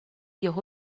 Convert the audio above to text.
یهو